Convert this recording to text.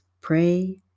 Pray